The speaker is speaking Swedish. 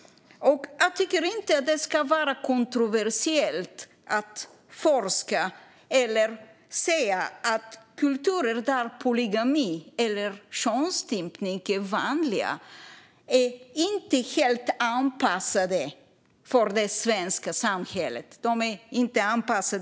Jag tycker inte att det ska vara kontroversiellt att forska om eller säga att kulturer där polygami eller könsstympning är vanligt inte är helt anpassade till det svenska samhället. De är inte anpassade alls.